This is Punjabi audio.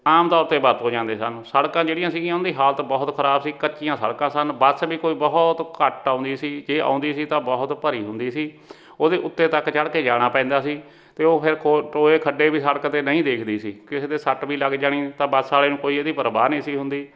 ਆਮ ਤੌਰ 'ਤੇ ਵਰਤੋਂ 'ਚ ਆਉਂਦੇ ਸਨ ਸੜਕਾਂ ਜਿਹੜੀਆਂ ਸੀਗੀਆਂ ਉਹਨਾਂ ਦੀ ਹਾਲਤ ਬਹੁਤ ਖਰਾਬ ਸੀ ਕੱਚੀਆਂ ਸੜਕਾਂ ਸਨ ਬੱਸ ਵੀ ਕੋਈ ਬਹੁਤ ਘੱਟ ਆਉਂਦੀ ਸੀ ਜੇ ਆਉਂਦੀ ਸੀ ਤਾਂ ਬਹੁਤ ਭਰੀ ਹੁੰਦੀ ਸੀ ਉਹਦੇ ਉੱਤੇ ਤੱਕ ਚੜ੍ਹ ਕੇ ਜਾਣਾ ਪੈਂਦਾ ਸੀ ਅਤੇ ਉਹ ਫਿਰ ਖੋ ਟੋਏ ਖੱਡੇ ਵੀ ਸੜਕ 'ਤੇ ਨਹੀਂ ਦੇਖਦੀ ਸੀ ਕਿਸੇ ਦੇ ਸੱਟ ਵੀ ਲੱਗ ਜਾਣੀ ਤਾਂ ਬੱਸ ਵਾਲੇ ਨੂੰ ਕੋਈ ਇਹਦੀ ਪਰਵਾਹ ਨਹੀਂ ਸੀ ਹੁੰਦੀ